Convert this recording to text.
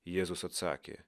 jėzus atsakė